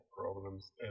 problems